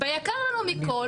ביקר לנו מכל,